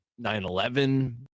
9-11